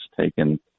taken